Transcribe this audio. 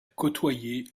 côtoyé